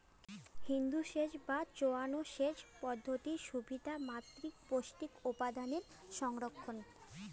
বিন্দুসেচ বা চোঁয়ানো সেচ পদ্ধতির সুবিধা মাতীর পৌষ্টিক উপাদানের সংরক্ষণ